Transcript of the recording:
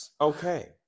Okay